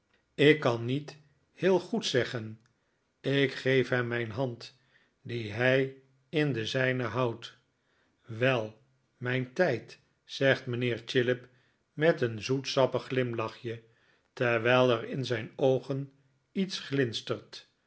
ik kan niet heel goed zeggen ik geef hem mijn hand die hij in de zijne houdt wel mijn tijd zegt mijnheer chillip met een zoetsappig glimlachje terwijl er in zijn oogen iets glinstert